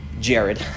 Jared